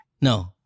no